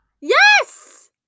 Yes